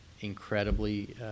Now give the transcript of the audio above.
incredibly